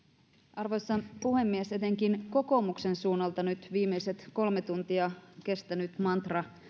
arvoisa puhemies etenkin kokoomuksen suunnalta nyt viimeiset kolme tuntia kestänyt mantra